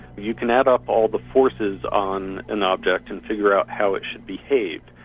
you can add up all the forces on an object and figure out how it should behave.